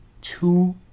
Two